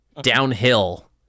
downhill